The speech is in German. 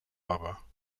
aber